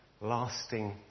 lasting